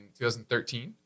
2013